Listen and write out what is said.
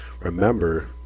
remember